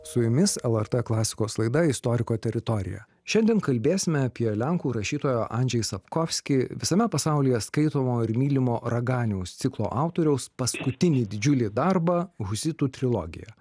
su jumis lrt klasikos laida istoriko teritorija šiandien kalbėsime apie lenkų rašytojo andžej sapkovski visame pasaulyje skaitomo ir mylimo raganiaus ciklo autoriaus paskutinį didžiulį darbą husitų trilogiją